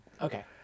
okay